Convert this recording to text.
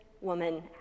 woman